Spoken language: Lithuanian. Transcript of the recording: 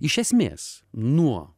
iš esmės nuo